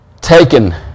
taken